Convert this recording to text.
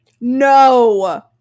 no